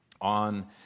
on